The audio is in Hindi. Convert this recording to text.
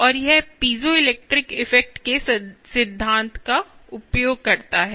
और यह पीजोइलेक्ट्रिक इफ़ेक्ट के सिद्धांत का उपयोग करता है